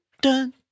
dun